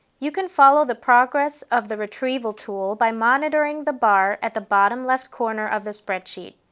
you can follow the progress of the retrieval tool by monitoring the bar at the bottom left corner of the spreadsheet.